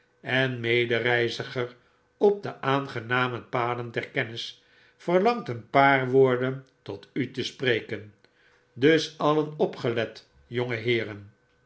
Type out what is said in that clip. en medereiziger op de aangename paden der kennis verlangt een paar woorden tot u te spreken dus alien opgelet